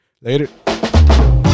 later